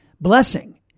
blessing